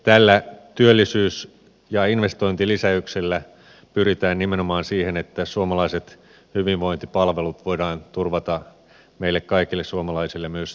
tällä työllisyys ja investointilisäyksellä pyritään nimenomaan siihen että suomalaiset hyvinvointipalvelut voidaan turvata meille kaikille suomalaisille myös